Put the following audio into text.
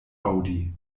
aŭdi